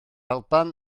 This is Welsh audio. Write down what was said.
alban